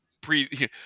pre